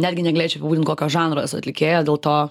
netgi negalėčiau apibūdint kokio aš žanro atlikėja dėl to